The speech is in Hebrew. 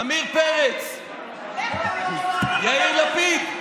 עמיר פרץ, יאיר לפיד.